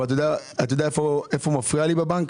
אבל אתה יודע איפה מפריע לי בבנק?